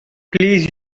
please